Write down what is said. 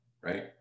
right